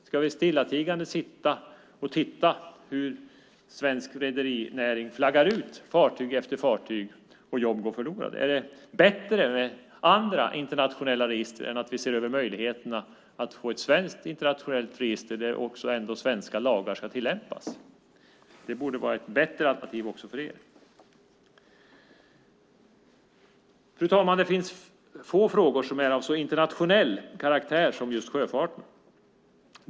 Ska vi stillatigande se på när svensk rederinäring flaggar ut fartyg efter fartyg och jobb går förlorade? Är det bättre med andra internationella register än att vi ser över möjligheterna att få svenskt internationellt register där svenska lagar ska tillämpas? Det borde vara ett bättre alternativ också för er. Fru talman! Det finns få frågor som är av sådan internationell karaktär som sjöfarten.